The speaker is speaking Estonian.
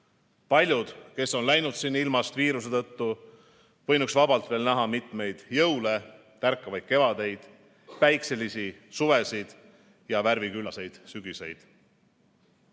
Paljud, kes on läinud siitilmast viiruse tõttu, võinuks vabalt veel näha mitmeid jõule, tärkavaid kevadeid, päikselisi suvesid ja värviküllaseid sügiseid. COVID-19